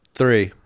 three